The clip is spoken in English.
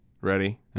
Ready